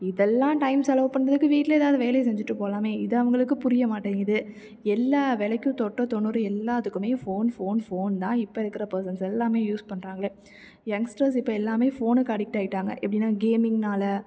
இதெல்லாம் டைம் செலவு பண்ணுறதுக்கு வீட்டில் ஏதாவது வேலையை செஞ்சுட்டு போகலாமே இது அவங்களுக்கு புரிய மாட்டேங்குது எல்லா வேலைக்கும் தொட்ட தொண்ணூறு எல்லோத்துக்குமே ஃபோன் ஃபோன் ஃபோன் தான் இப்போ இருக்கிற பேர்சன்ஸ் எல்லாமே யூஸ் பண்ணுறாங்க யங்ஸ்டர்ஸ் இப்போ எல்லாமே ஃபோனுக்கு அடிக்ட் ஆகிட்டாங்க எப்படின்னா கேமிங்குனால